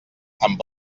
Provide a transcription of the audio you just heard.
amb